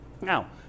now